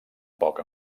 poc